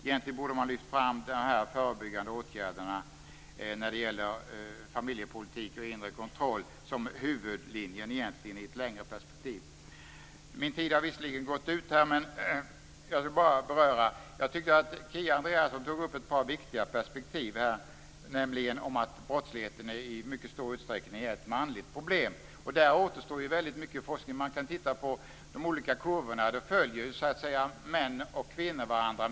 Egentligen borde man ha lyft fram de här förebyggande åtgärderna när det gäller familjepolitik och inre kontroll som huvudlinje i ett längre perspektiv. Min tid har visserligen gått ut, men jag vill bara ta upp något mer. Jag tycker att Kia Andreasson tog upp ett par viktiga perspektiv. Det gällde detta att brottsligheten i mycket stor utsträckning är ett manligt problem. Där återstår väldigt mycket forskning. Man kan titta på de olika kurvorna. Där följer män och kvinnor varandra kan man säga.